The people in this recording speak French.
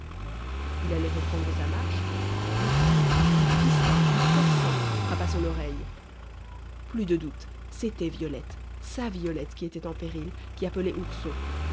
il allait reprendre sa marche lorsqu'un cri plus distinct plus perçant frappa son oreille plus de doute c'était violette sa violette qui était en péril qui appelait ourson